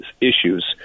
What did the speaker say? issues